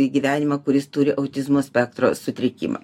į gyvenimą kuris turi autizmo spektro sutrikimą